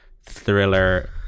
thriller